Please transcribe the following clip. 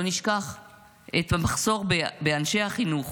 לא נשכח את המחסור באנשי החינוך,